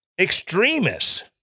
extremists